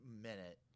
minute